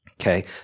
okay